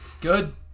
Good